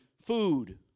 food